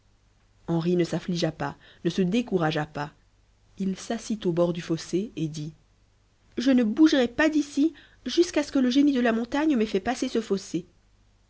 henri ne s'affligea pas ne se découragea pas il s'assit au bord du fossé et dit je ne bougerai pas d'ici jusqu'à ce que le génie de la montagne m'ait fait passer ce fossé